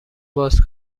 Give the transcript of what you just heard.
باز